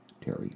Terry